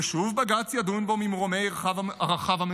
ושוב בג"ץ ידון בו ממרומי ערכיו המנותקים,